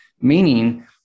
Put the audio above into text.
meaning